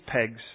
pegs